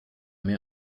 mir